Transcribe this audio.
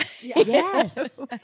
Yes